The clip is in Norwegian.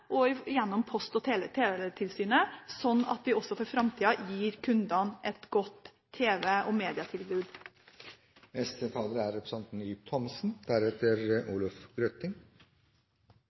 og Post- og teletilsynet, slik at vi også i framtida gir kundene et godt tv- og